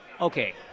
Okay